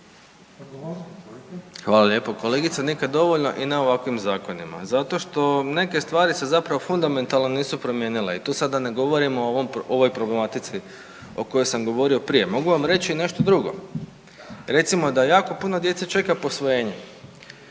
Hvala lijepa. Kolegice nikad dovoljno i ne ovakvim zakonima zato što neke stvari se zapravo fundamentalno nisu promijenile i tu sada ne govorimo o ovoj problematici o kojoj sam govorio prije. Mogu vam reći nešto drugo. Recimo da jako puno djece čeka posvojenje,